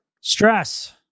stress